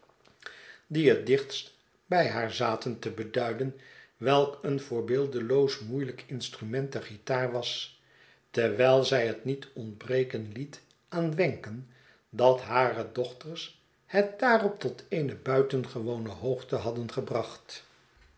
die het dichtst bij haar zaten te beduiden welk een voorbeeldeloos moeielijk instrument de guitar was terwijl zij het niet ontbreken lietaan wenken dat hare dochters het daarop tot eene buitengewone hoogte hadden gebracht